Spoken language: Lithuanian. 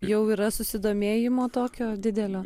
jau yra susidomėjimo tokio didelio